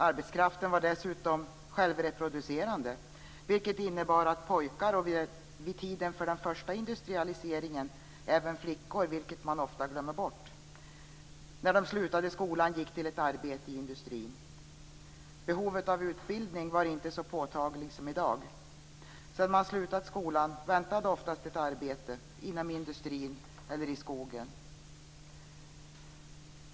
Arbetskraften var dessutom självreproducerande, vilket innebar att pojkar - och vid tiden för den första industrialiseringen även flickor, vilket man ofta glömmer bort - när de slutade skolan gick till ett arbete i industrin. Behovet av utbildning var inte så påtagligt som i dag. Sedan man slutat skolan väntade oftast ett arbete inom industrin eller i skogen.